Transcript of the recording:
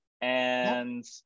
and-